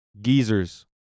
Geezers